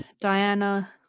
Diana